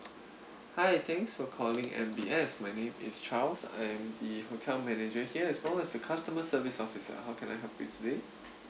hi thanks for calling M_B_S my name is charles I am the hotel manager here as well as the customer service officer how can I help you today